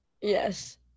Yes